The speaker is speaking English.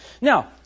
Now